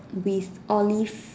with Olive